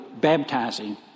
baptizing